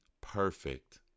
perfect